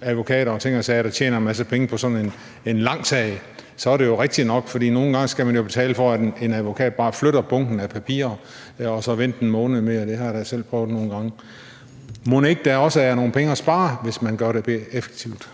advokater og ting og sager, der tjener en masse penge på sådan en lang sag, så er det jo rigtigt nok. For nogle gange skal man jo betale for, at en advokat bare flytter bunken af papirer, og så vente en måned mere. Det har jeg da selv prøvet nogle gange. Mon ikke der også er nogle penge at spare, hvis man gør det mere effektivt?